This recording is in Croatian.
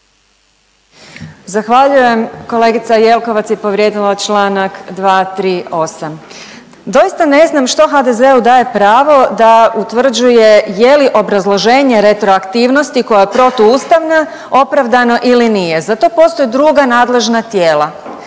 Zahvaljujem. Kolegica Jelkovac je povrijedila članak 238. Doista ne znam što HDZ-u daje pravo da utvrđuje je li obrazloženje retroaktivnosti koja je protuustavna opravdano ili nije. Za to postoje druga nadležna tijela.